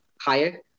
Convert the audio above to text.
higher